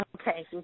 Okay